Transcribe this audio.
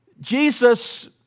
Jesus